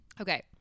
Okay